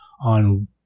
on